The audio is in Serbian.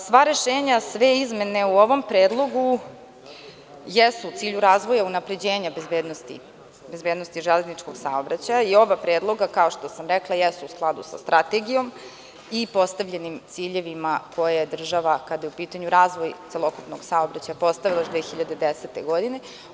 Sva rešenja, sve izmene u ovom predlogu jesu u cilju razvoja i unapređenja bezbednosti železničkog saobraćaja i oba predloga, kao što sam rekla, jesu u skladu sa strategijom i postavljenim ciljevima koje je država kada je u pitanju razvoj celokupnog saobraćaja postavila 2010. godine.